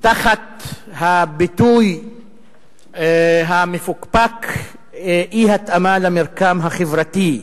תחת הביטוי המפוקפק "אי-התאמה למרקם החברתי",